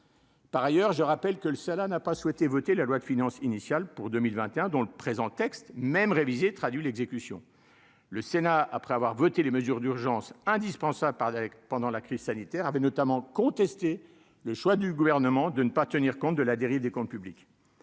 Par ailleurs, je rappelle que le seul n'a pas souhaité voter la loi de finances initiale pour 2021 dont le présent texte même révisé traduit l'exécution, le Sénat, après avoir voté les mesures d'urgence indispensable par pendant la crise sanitaire avait notamment contesté le choix du gouvernement de ne pas tenir compte de la dérive des comptes publics,